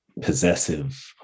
possessive